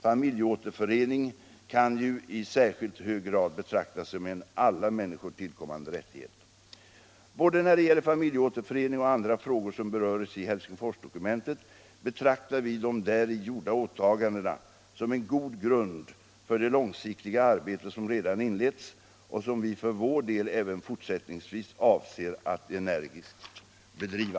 Familjeåterförening kan ju i särskilt hög grad betraktas som en alla människor tillkommande rättighet. Både när det gäller familjeåterförening och beträffande andra frågor som berördes i Helsingforsdokumentet betraktar vi de däri gjorda åtagandena som en god grund för det långsiktiga arbete som redan inletts och som vi för vår del även fortsättningsvis avser att energiskt bedriva.